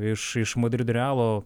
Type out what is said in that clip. iš iš madrido realo